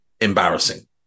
embarrassing